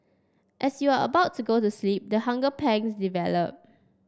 as you are about to go to sleep the hunger pangs develop